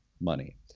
money